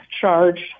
charged